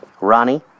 Ronnie